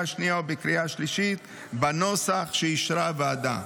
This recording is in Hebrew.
השנייה ובקריאה השלישית בנוסח שאישרה הוועדה.